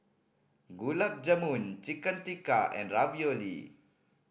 Gulab Jamun Chicken Tikka and Ravioli